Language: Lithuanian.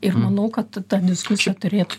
ir manau kad ta diskusija turėtų